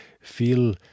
feel